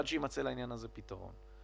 עד שיימצא לעניין הזה פתרון.